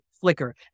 flicker